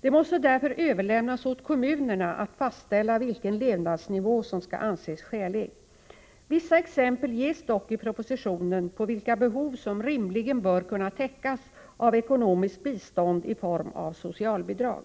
Det måste därför överlämnas åt kommunerna att fastställa vilken levnadsnivå som skall anses skälig. Vissa exempel ges dock i propositionen på vilka behov som rimligen bör kunna täckas av ekonomiskt bistånd i form av socialbidrag.